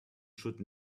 should